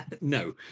No